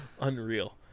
Unreal